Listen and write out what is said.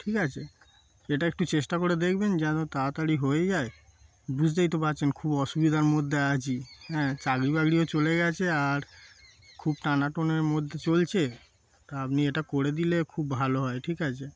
ঠিক আছে এটা একটু চেষ্টা করে দেখবেন যেন তাড়াতাড়ি হয়ে যায় বুঝতেই তো পারছেন খুব অসুবিধার মধ্যে আছি হ্যাঁ চাকরি বাকরিও চলে গেছে আর খুব টানাটুনির মধ্যে চলছে তা আপনি এটা করে দিলে খুব ভালো হয় ঠিক আছে